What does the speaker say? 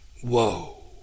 whoa